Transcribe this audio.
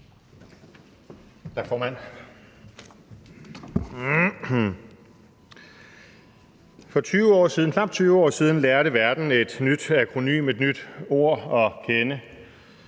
For knap 20 år siden lærte verden et nyt akronym, et nyt ord at kende.